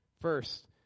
First